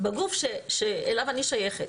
בגוף שאליו אני שייכת.